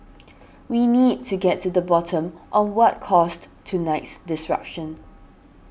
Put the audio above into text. we need to get to the bottom of what caused tonight's disruption